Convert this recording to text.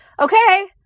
okay